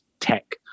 tech